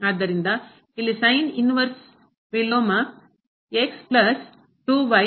ಆದ್ದರಿಂದ ಇಲ್ಲಿ sin inverse ವಿಲೋಮ ಪ್ಲಸ್ 2 ಮತ್ತು 3 ಪ್ಲಸ್ 6 ಇದೆ